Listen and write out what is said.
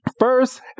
First